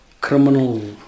criminal